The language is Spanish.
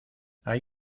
hay